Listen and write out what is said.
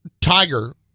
Tiger